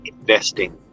investing